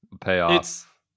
Payoff